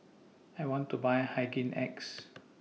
I want to Buy Hygin X